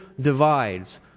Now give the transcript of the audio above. divides